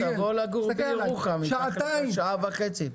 ניר, תעבור לגור בירוחם, ייקח לך שעה וחצי.